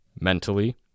mentally